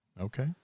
Okay